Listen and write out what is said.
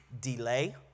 delay